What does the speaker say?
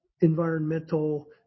environmental